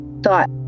thought